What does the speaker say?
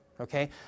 okay